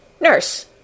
Nurse